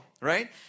right